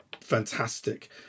fantastic